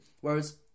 Whereas